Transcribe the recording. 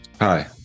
Hi